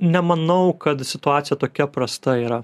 nemanau kad situacija tokia prasta yra